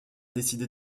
décidé